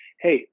hey